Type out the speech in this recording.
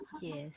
Yes